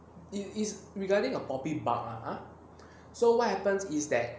it's it's regarding a poppy bug ah so what happens is that